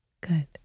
Good